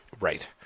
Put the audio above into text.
right